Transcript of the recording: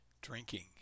drinking